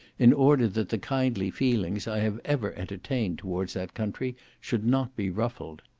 in order that the kindly feelings i have ever entertained towards that country should not be ruffled.